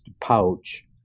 pouch